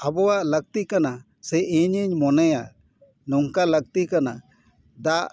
ᱟᱵᱚᱣᱟᱜ ᱞᱟᱹᱠᱛᱤ ᱠᱟᱱᱟ ᱥᱮ ᱤᱧᱤᱧ ᱢᱚᱱᱮᱭᱟ ᱱᱚᱝᱠᱟ ᱞᱟᱹᱠᱛᱤ ᱠᱟᱱᱟ ᱫᱟᱜ